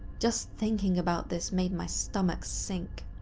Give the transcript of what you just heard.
just thinking about this made my stomach sink.